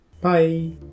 Bye